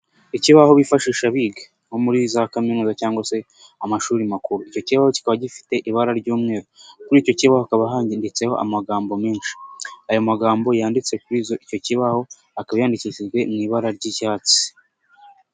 Ikibaho bifashisha biga nko muri za kaminuza cyangwa se amashuri makuru. Icyo ki kiba gifite ibara ry'umweru. Kuri icyo kibaho hakaba handitseho amagambo menshi. Ayo magambo yanditse kuri icyo kibaho akaba yanyandikishijwe mu ibara ry'icyatsi.